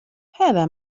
هذا